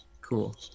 Cool